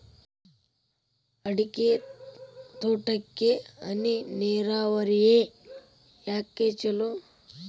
ಅಡಿಕೆ ತೋಟಕ್ಕ ಹನಿ ನೇರಾವರಿಯೇ ಯಾಕ ಛಲೋ?